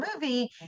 movie